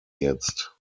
jetzt